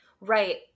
Right